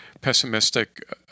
pessimistic